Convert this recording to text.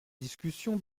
discussion